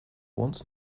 want